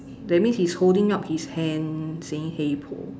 that means he's holding up his hand saying hey Paul